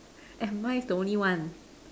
and mine is the only one